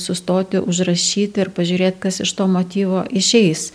sustoti užrašyti ir pažiūrėt kas iš to motyvo išeis